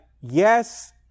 yes